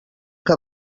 que